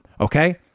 okay